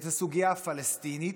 את הסוגיה הפלסטינית,